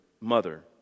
mother